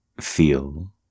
Feel